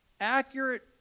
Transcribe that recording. accurate